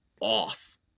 off